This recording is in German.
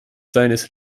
seines